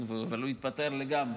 אבל הוא התפטר לגמרי.